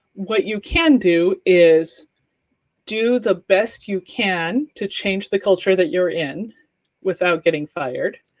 what you can do is do the best you can to change the culture that you're in without getting fired,